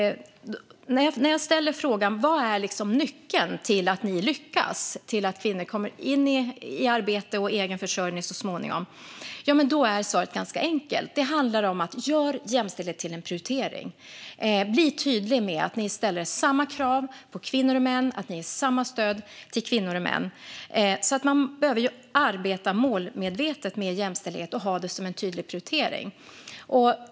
Jag ställde frågan till dem: Vad är nyckeln till att ni lyckas och till att kvinnor kommer in i arbete och egen försörjning så småningom? Svaret är ganska enkelt: Det handlar om att göra jämställdhet till en prioritering och att vara tydlig med att man ställer samma krav på kvinnor och män och ger samma stöd till kvinnor och män. Man behöver arbeta målmedvetet med jämställdhet och ha det som en tydlig prioritering.